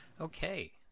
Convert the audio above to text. Okay